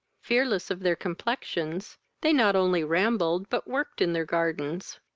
fearless of their complexions, they not only rambled but worked in their gardens.